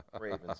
Ravens